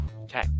Okay